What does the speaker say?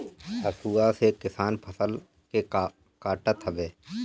हसुआ से किसान फसल के काटत हवे